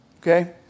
okay